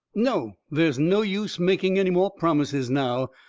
no, there's no use making any more promises now.